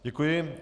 Děkuji.